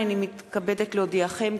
הנני מתכבדת להודיעכם,